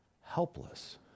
helpless